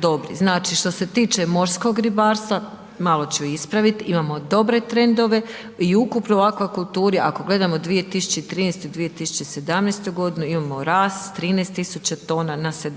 dobri. Znači što se tiče morskog ribarstva, malo ću ispravit, imamo dobre trendove, i ukupno o akvakulturi ako gledamo 2013.-2017., imamo rast 13 000 tona na 17